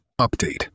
Update